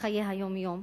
בחיי היום-יום.